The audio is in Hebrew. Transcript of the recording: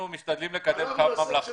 אנחנו משתדלים לקדם חוק ממלכתי.